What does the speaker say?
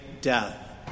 death